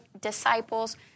disciples